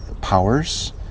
powers